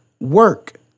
work